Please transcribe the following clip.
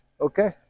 okay